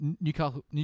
Newcastle